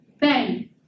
bang